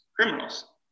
criminals